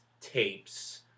tapes